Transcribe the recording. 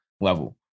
level